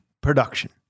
production